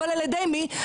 אבל על ידי מי?